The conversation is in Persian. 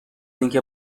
اینکه